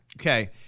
Okay